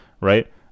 Right